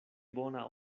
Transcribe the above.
bona